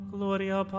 Gloria